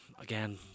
Again